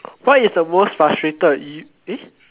what is the most frustrated you eh